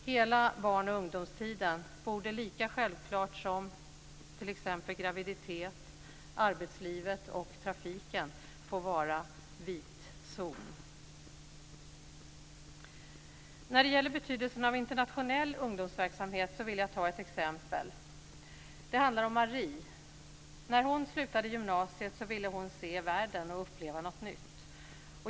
Hela barnoch ungdomstiden borde lika självklart som t.ex. graviditeten, arbetslivet och trafiken få vara en vit zon. När det gäller betydelsen av internationell ungdomsverksamhet vill jag ta ett exempel. Det handlar om Marie. När hon slutade gymnasiet ville hon se världen och uppleva något nytt.